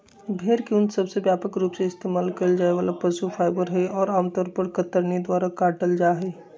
भेड़ के ऊन सबसे व्यापक रूप से इस्तेमाल कइल जाये वाला पशु फाइबर हई, और आमतौर पर कतरनी द्वारा काटल जाहई